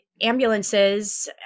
ambulances